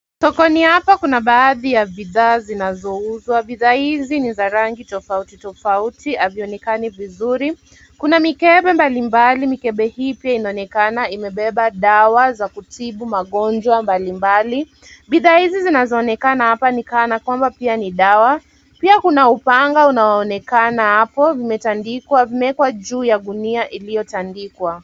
Sokoni hapa kuna baadhi ya bidhaa zinazouzwa, bidhaa hizi ni za rangi tofauti tofauti, havionekani vizuri. Kuna mikebe mbalimbali, mikebe hii pia inaonekana imebeba dawa za kutibu magonjwa mbali mbali. Bidhaa hizi zinazoonekana hapa kana kwamba ni dawa, pia kuna upanga unaoonekana hapo, vimetandikwa, vimeekwa juu ya gunia iliyotandikwa.